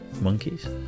Monkeys